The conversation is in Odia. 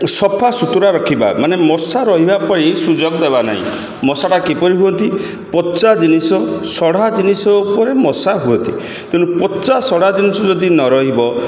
ସଫା ସୁତୁରା ରଖିବା ମାନେ ମଶା ରହିବା ପାଇଁ ସୁଯୋଗ ଦେବା ନାହିଁ ମଶାଟା କିପରି ହୁଅନ୍ତି ପଚା ଜିନିଷ ସଢ଼ା ଜିନିଷ ଉପରେ ମଶା ହୁଅନ୍ତି ତେଣୁ ପଚା ସଢ଼ା ଜିନିଷ ଯଦି ନ ରହିବ